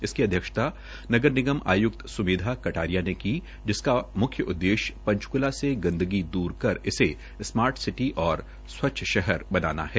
इसकी अध्यक्षता नगर निगम आय्क्त स्मेधा कटारिया ने की जिसका म्ख्य उदवेश्य पंचकूला से गंदगी दूर कर इसे स्मार्ट सिटी और स्वच्छ शहर बनाना है